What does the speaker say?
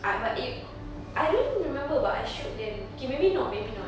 ah but if I don't remember but I showed them okay maybe not maybe not